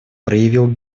проявил